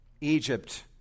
Egypt